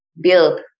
build